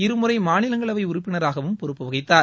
இருமுறை மாநிலங்களவை உறுப்பினராகவும் பொறுப்பு வகித்தார்